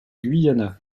guyana